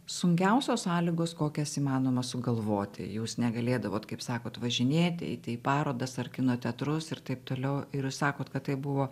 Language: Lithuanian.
sunkiausios sąlygos kokias įmanoma sugalvoti jūs negalėdavot kaip sakot važinėti eiti į parodas ar kino teatrus ir taip toliau ir jūs sakot kad tai buvo